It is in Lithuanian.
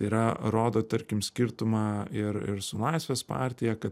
tai yra rodo tarkim skirtumą ir ir su laisvės partija kad